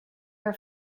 your